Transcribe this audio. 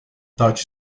touch